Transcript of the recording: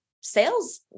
sales